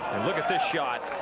look at this shot